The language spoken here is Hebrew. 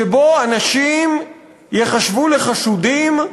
שבו אנשים ייחשבו לחשודים,